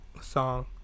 song